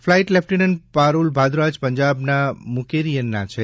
flight lieutenant Parul Bhardwaj પંજાબના મુકેરિયનના છે